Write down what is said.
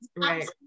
Right